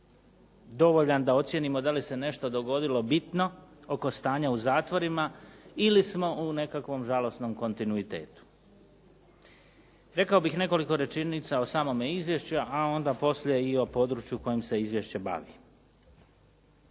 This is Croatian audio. dovoljan da ocijenimo da li se nešto dogodilo bitno oko stanja u zatvorima ili smo u nekakvom žalosnom kontinuitetu. Rekao bih nekoliko rečenica o samome izvješću a onda poslije i o području kojim se izvješće bavi.